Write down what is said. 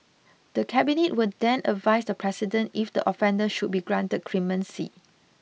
the cabinet will then advise the president if the offender should be granted clemency